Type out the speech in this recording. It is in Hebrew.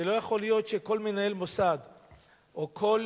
ולא יכול להיות שכל מנהל מוסד או כל